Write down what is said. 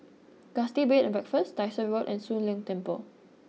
Gusti Bed and Breakfast Dyson Road and Soon Leng Temple